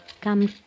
come